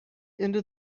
into